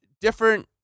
different